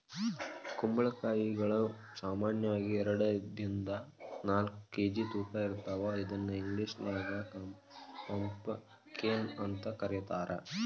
ಕುಂಬಳಕಾಯಿಗಳು ಸಾಮಾನ್ಯವಾಗಿ ಎರಡರಿಂದ ನಾಲ್ಕ್ ಕೆ.ಜಿ ತೂಕ ಇರ್ತಾವ ಇದನ್ನ ಇಂಗ್ಲೇಷನ್ಯಾಗ ಪಂಪಕೇನ್ ಅಂತ ಕರೇತಾರ